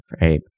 right